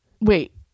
Wait